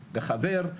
בחבר,